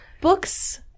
books